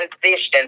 transition